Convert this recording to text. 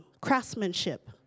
craftsmanship